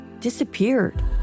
disappeared